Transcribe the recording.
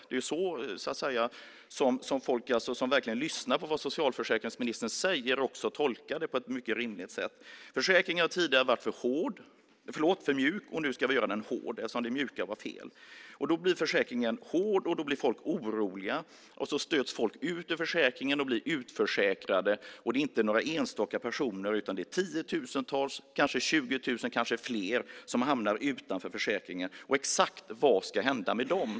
Det är så som folk som verkligen lyssnar på vad socialförsäkringsministern säger också tolkar det på ett mycket rimligt sätt. Försäkringen har tidigare varit för mjuk, och nu ska man göra den hård eftersom det mjuka var fel. Då blir försäkringen hård, och då blir folk oroliga och stöts ut ur försäkringen och blir utförsäkrade. Och det är inte några enstaka personer, utan det är tiotusentals, kanske 20 000 eller fler som hamnar utanför försäkringen. Exakt vad ska hända med dem?